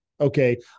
Okay